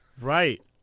right